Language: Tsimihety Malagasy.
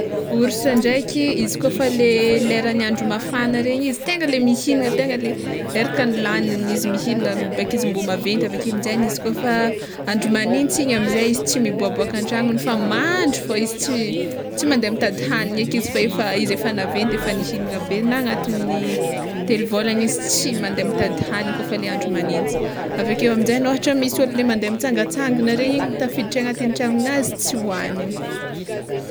Orsa ndraiky, izy kôfa leran'ny andro mafana regny izy tegna le mihignana tegna le erakan'ny lalagna izy mihignana mbaiky izy mbô maventy aveke aminjegny izy kôfa andro magnintsy igny amizay izy tsy miboaboaka an-tragnony fa mandry fô izy tsy mande mitady hagniny eky izy fa efa izy efa naventy efa nihinana be na agnatign'ny telo vôlagna izy tsy mande mitady hagniny kôfa le andro magnintsy, aveke amizay igny ôhatra le ôlo mande mitsangatsangana regny igny tafiditry agnatin'ny tragnon'azy tsy hoaniny.